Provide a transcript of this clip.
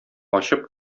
ачып